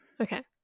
okay